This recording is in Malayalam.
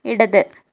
ഇടത്